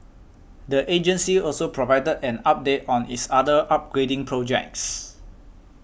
the agency also provided an update on its other upgrading projects